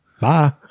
Bye